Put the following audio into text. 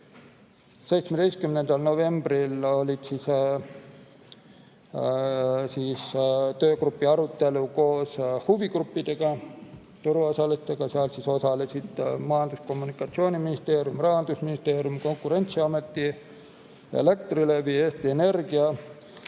17. novembril oli töögrupi arutelu koos huvigruppidega, turuosalistega, seal osalesid Majandus- ja Kommunikatsiooniministeeriumi, Rahandusministeeriumi, Konkurentsiameti, Elektrilevi OÜ, Eesti Energia